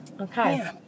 Okay